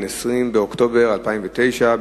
20 באוקטובר 2009,